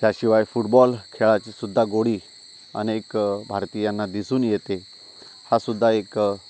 ह्याशिवाय फुटबॉल खेळाची सुद्धा गोडी अनेक भारतीयांना दिसून येते हा सुद्धा एक